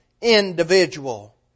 individual